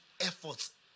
efforts